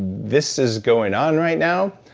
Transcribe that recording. this is going on right now,